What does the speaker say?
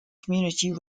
community